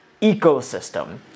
ecosystem